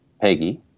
Peggy